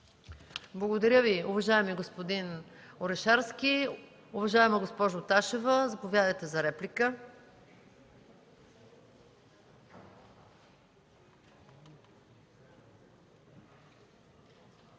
Благодаря, уважаеми господин Орешарски. Уважаема госпожо Ташева, заповядайте за реплика.